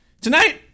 tonight